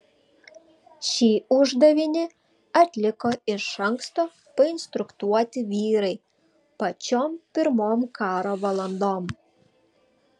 šį uždavinį atliko iš anksto painstruktuoti vyrai pačiom pirmom karo valandom